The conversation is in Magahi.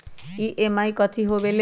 ई.एम.आई कथी होवेले?